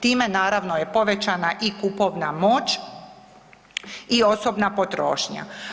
Time naravno je povećana i kupovna moć i osobna potrošnja.